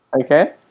okay